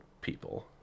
people